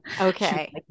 okay